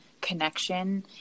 connection